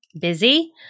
busy